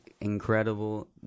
incredible